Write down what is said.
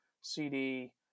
CD